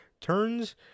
turns